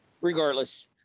Regardless